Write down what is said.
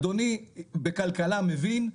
אדוני בכלכלה מבין,